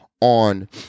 on